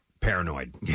Paranoid